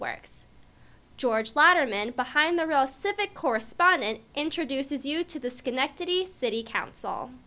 works george latterman behind the real civic correspondent introduces you to the schenectady city council